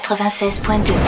96.2